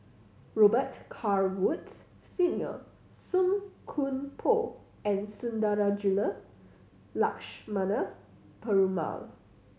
Robet Carr Woods Senior Song Koon Poh and Sundarajulu Lakshmana Perumal